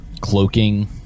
Cloaking